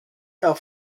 auf